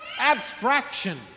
abstraction